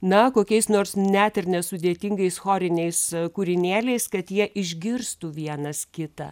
na kokiais nors net ir nesudėtingais choriniais kūrinėliais kad jie išgirstų vienas kitą